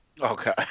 Okay